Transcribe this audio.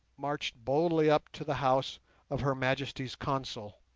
marched boldly up to the house of her majesty's consul,